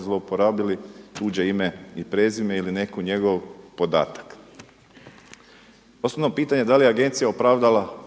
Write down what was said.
zlouporabili tuđe ime i prezime ili neki njegov podatak. Osnovno pitanje da li je Agencija opravdala